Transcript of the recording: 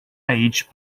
age